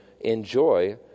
enjoy